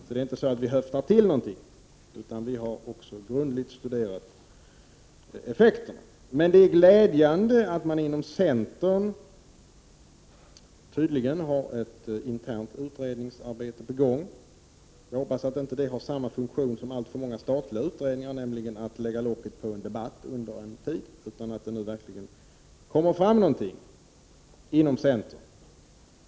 Vi har alltså inte höftat till några siffror, utan vi har grundligt studerat effekterna. Det är glädjande att centerpartiet tydligen har ett internt utredningsarbete på gång. Jag hoppas att det inte har samma funktion som alltför många statliga utredningar, nämligen att lägga locket på debatten under en tid. Min förhoppning är att det verkligen kommer ut något av denna utredning inom centern.